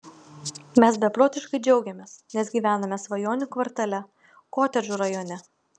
mes beprotiškai džiaugiamės nes gyvename svajonių kvartale kotedžų rajone